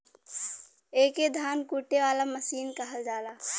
एके धान कूटे वाला मसीन कहल जाला